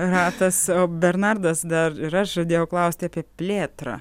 ratas o bernardas dar ir aš žadėjau klausti apie plėtrą